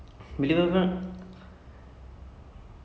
and then of course there is superman and there is